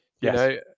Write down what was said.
Yes